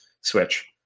switch